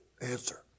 answer